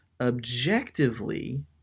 objectively